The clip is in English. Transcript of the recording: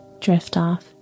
Driftoff